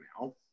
now